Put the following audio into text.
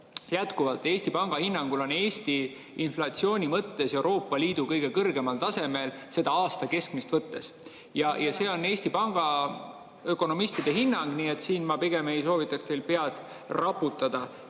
jätkuvalt on Eesti Panga hinnangul Eesti inflatsiooni mõttes Euroopa Liidu kõige kõrgemal tasemel aasta keskmist võttes. See on Eesti Panga ökonomistide hinnang, nii et siin ma pigem ei soovitaks teil pead raputada.